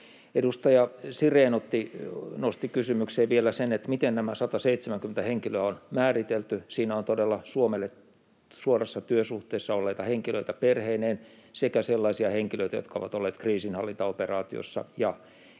Edustaja Sirén nosti kysymykseen vielä sen, miten nämä 170 henkilöä on määritelty. Siinä on todella Suomelle suorassa työsuhteessa olleita henkilöitä perheineen sekä sellaisia henkilöitä, jotka ovat olleet kriisinhallintaoperaatioissa ja EU-operaatioissa